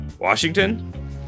Washington